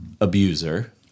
abuser